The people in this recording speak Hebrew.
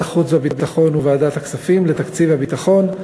החוץ והביטחון וועדת הכספים לתקציב הביטחון,